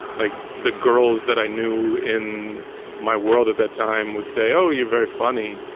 like the girls that i knew in my world at that time would say, oh, you're very funny.